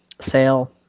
sale